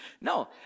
no